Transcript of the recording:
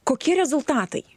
kokie rezultatai